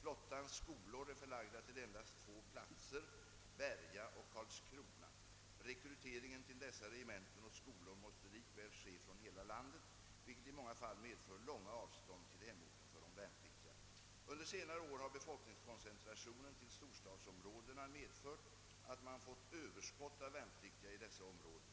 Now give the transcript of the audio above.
Flottans skolor är förlagda till endast två platser, Berga och Karlskrona. Rekryteringen till dessa regementen och skolor måste likväl ske från hela landet, vilket i många fall medför långa avstånd till hemorten för de värnpliktiga. Under senare år har befolkningskoncentrationen = till storstadsområdena medfört att man fått överskott av värnpliktiga i dessa områden.